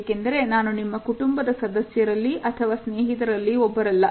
ಏಕೆಂದರೆ ನಾನು ನಿಮ್ಮ ಕುಟುಂಬದ ಸದಸ್ಯರಲ್ಲಿ ಒಬ್ಬರಲ್ಲ ಅಥವಾ ಸ್ನೇಹಿತರಲ್ಲೋಬ್ಬರು ಅಲ್ಲ